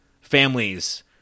families